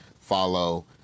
follow